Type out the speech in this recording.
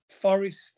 Forest